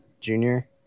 junior